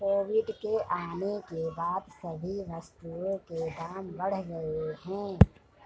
Covid के आने के बाद सभी वस्तुओं के दाम बढ़ गए हैं